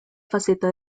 faceta